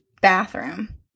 bathroom